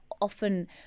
often